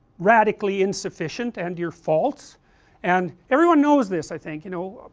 radically insufficient and your faults and everyone knows this i think, you know,